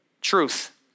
truth